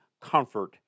comfort